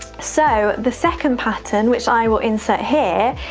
so, the second pattern, which i will insert here,